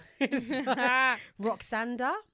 Roxanda